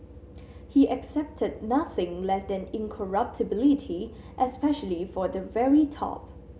he accepted nothing less than incorruptibility especially for the very top